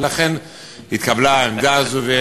ולכן התקבלה העמדה הזאת.